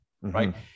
right